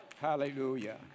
Hallelujah